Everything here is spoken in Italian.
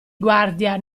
guardia